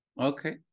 Okay